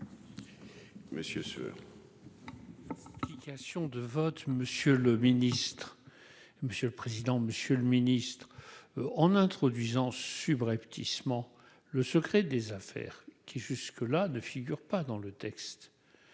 Monsieur le président, Monsieur le Ministre, en introduisant subrepticement le secret des affaires qui jusque-là ne figure pas dans le texte